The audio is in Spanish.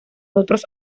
otros